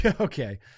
Okay